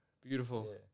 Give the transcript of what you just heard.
beautiful